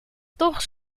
toch